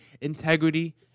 integrity